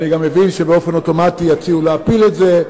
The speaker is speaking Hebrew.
אני גם מבין שבאופן אוטומטי יציעו להפיל את זה.